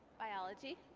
biology.